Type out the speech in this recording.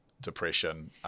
depression